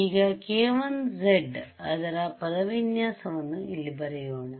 ಈಗ k1z ಅದರ ಪದವಿನ್ಯಾಸ ವನ್ನು ಇಲ್ಲಿ ಬರೆಯೋಣ